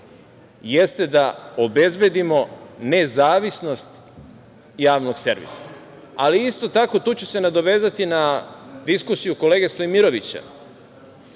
jeste da obezbedimo nezavisnost javnog servisa. Ali, isto tako, tu ću se nadovezati na diskusiju kolege Stojimirovića,